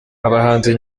abahanzi